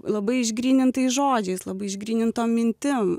labai išgrynintais žodžiais labai išgrynintom mintim